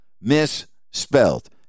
misspelled